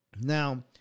Now